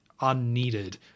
unneeded